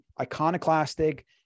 iconoclastic